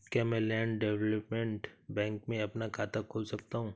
क्या मैं land development bank में अपना खाता खोल सकता हूँ?